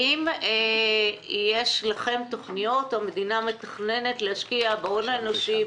האם יש לכם תוכניות או המדינה מתכננת להשקיע בהון האנושי,